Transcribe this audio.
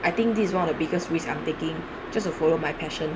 I think this one of the biggest risk I'm taking just to follow my passion